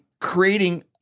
creating